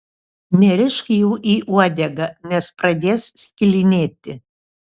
nerišk jų į uodegą nes pradės skilinėti